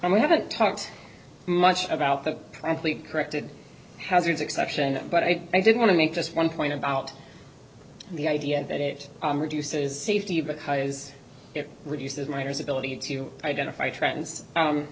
and we haven't talked much about the athlete corrected hazards exception but i did want to make just one point about the idea that it reduces safety because it reduces miners ability to identify trends